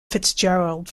fitzgerald